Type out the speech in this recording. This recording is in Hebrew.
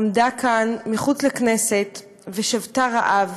עמדה כאן מחוץ לכנסת ושבתה רעב